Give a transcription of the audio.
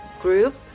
group